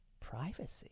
privacy